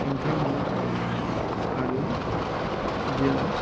हेंथा मोना आरो बेयाव